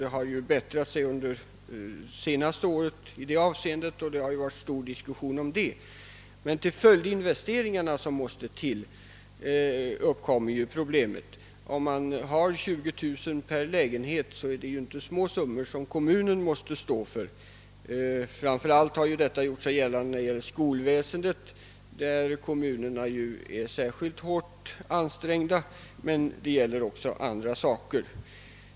Det har blivit bättre under det senaste året i detta avseende — frågan har ju diskuterats mycket. Men i fråga om följdinvesteringarna uppkommer problem. Då dessa är 20 000 per lägenhet är det inte små summor som kommunen måste stå för. Framför allt gäller det skolväsendet, där kommunerna är särskilt hårt ansträngda, men det gäller också andra saker.